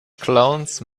clowns